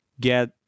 get